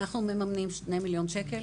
אנחנו מממנים שני מיליון שקלים.